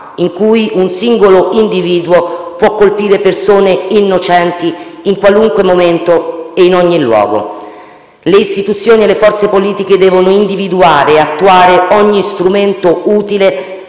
in cui un singolo individuo può colpire persone innocenti in qualunque momento e in ogni luogo. Le istituzioni e le forze politiche devono individuare e attuare ogni strumento utile